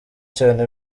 cyane